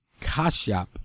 Kashyap